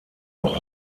auch